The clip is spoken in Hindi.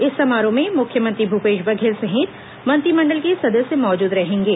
इस समारोह में मुख्यमंत्री भूपेश बघेल सहित मंत्रिमंडल के सदस्य मौजूद रहेंगे